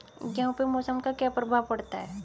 गेहूँ पे मौसम का क्या प्रभाव पड़ता है?